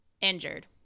injured